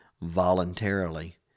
voluntarily